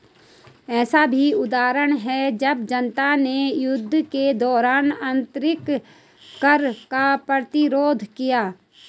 ऐसे भी उदाहरण हैं जब जनता ने युद्ध के दौरान अतिरिक्त कर का प्रतिरोध किया